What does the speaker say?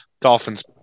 dolphins